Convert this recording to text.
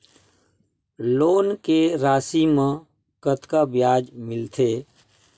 Loan के राशि मा कतका ब्याज मिलथे?